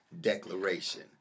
declaration